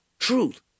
Truth